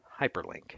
Hyperlink